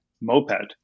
moped